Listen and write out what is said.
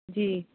जी